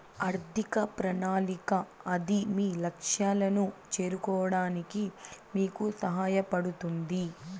ఆర్థిక ప్రణాళిక అది మీ లక్ష్యాలను చేరుకోవడానికి మీకు సహాయపడుతుంది